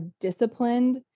disciplined